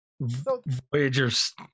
Voyager's